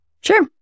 Sure